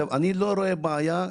אני לא רואה בעיה.